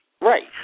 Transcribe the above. right